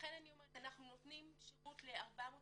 לכן, אנחנו נותנים שירות ל-450